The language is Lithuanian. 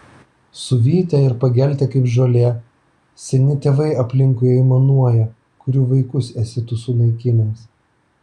suvytę ir pageltę kaip žolė seni tėvai aplinkui aimanuoja kurių vaikus esi tu sunaikinęs